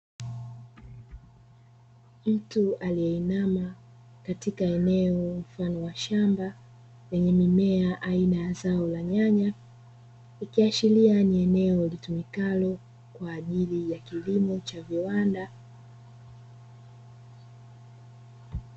Mtu aliyeinama katika eneo mfano wa shamba lenye mimea ya zao aina ya nyanya, ikiashiria ni eneo litumikalo kwa ajili ya kilimo cha viwanda.